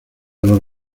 los